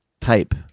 type